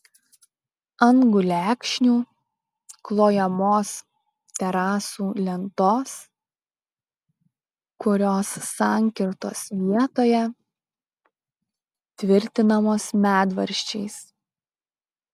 ant gulekšnių klojamos terasų lentos kurios sankirtos vietoje tvirtinamos medvaržčiais